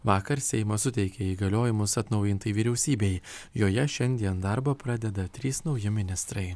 vakar seimas suteikė įgaliojimus atnaujintai vyriausybei joje šiandien darbą pradeda trys nauji ministrai